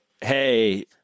hey